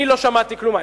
אני לא שמעתי כלום.